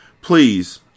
Please